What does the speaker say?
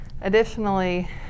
Additionally